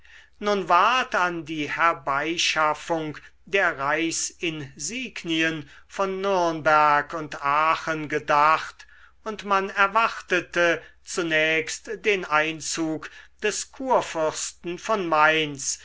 nun ward an die herbeischaffung der reichsinsignien von nürnberg und aachen gedacht und man erwartete zunächst den einzug des kurfürsten von mainz